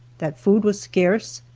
that food was scarce,